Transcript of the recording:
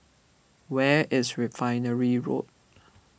where is Refinery Road